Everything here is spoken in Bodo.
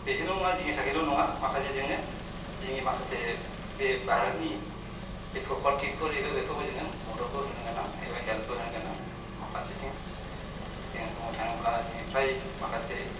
बेजोंल' नङा जोंनि थाखायल' नङा माखासे जोङो जोंनि माखासे बे भारतनि जे प्रपार्टिफोर एबा बेखौबो जोङो मददबो होनोगोनां एबा हेल्पबो होनोगोनां माखासेथिं बुंनो थाङोब्ला जोंनि फ्राय माखासे